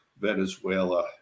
Venezuela